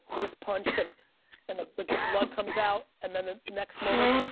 gets punched and and the like the blood comes out, and then the next moment,